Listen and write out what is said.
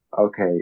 okay